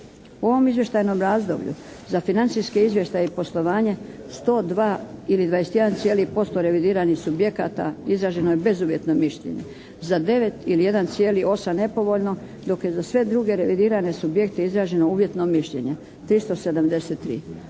U ovom izvještajnom razdoblju za financijske izvještaje i poslovanje 102 ili 21% revidiranih subjekata izraženo je bezuvjetno mišljenje. Za 9 ili 1,8% nepovoljno. Dok je za sve druge revidirani subjekt izraženo uvjetno mišljenje 373.